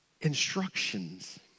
Instructions